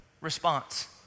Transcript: response